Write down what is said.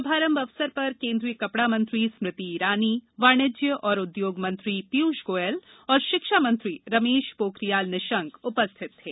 शुभारंभ अवसर पर केन्द्रीय कपडा मंत्री स्मृति ईरानी वाणिज्य और उदयोग मंत्री पीयूष गोयल तथा शिक्षा मंत्री रमेश पखरियाल निशंक उपस्थित थे